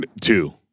Two